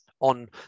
on